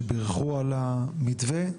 שבירכו על המתווה,